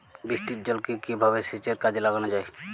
বৃষ্টির জলকে কিভাবে সেচের কাজে লাগানো যায়?